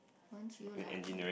weren't you lucky